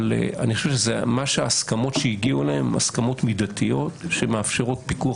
אבל אני חושב שההסכמות אליהן הגיעו הן הסכמות מידתיות שמאפשרות פיקוח